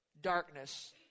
darkness